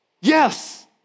Yes